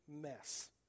mess